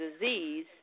disease